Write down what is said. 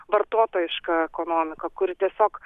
vartotojišką ekonomiką kuri tiesiog